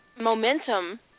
momentum